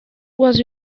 was